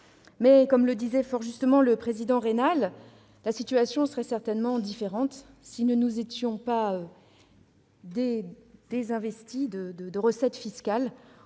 Mais, comme le disait fort justement le président Raynal, la situation serait certainement autre si nous ne nous étions pas privés de recettes fiscales